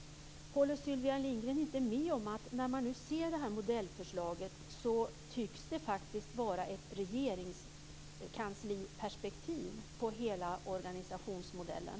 Håller inte Sylvia Lindgren med om att när man nu ser det här modellförslaget tycks det vara ett regeringskansliperspektiv på hela organisationsmodellen?